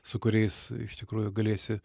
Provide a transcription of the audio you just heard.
su kuriais iš tikrųjų galėsi